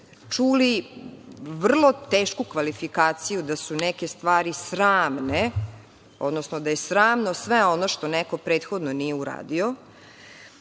čuli vrlo tešku kvalifikaciju da su neke stvari sramne, odnosno da je sramno sve ono što neko prethodno nije